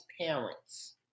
parents